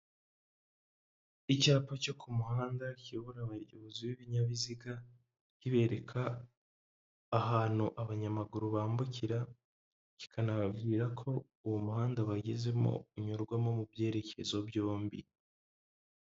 Icyapa cyo ku muhanda kibura abayobozi b'ibinyabiziga kibereka ahantu abanyamaguru bambukira kikanababwira ko uwo muhanda bagezemo unyurwamo mu byerekezo byombi.